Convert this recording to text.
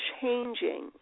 changing